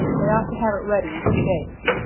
they ought to have it ready in two days.